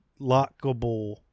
lockable